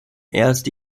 erste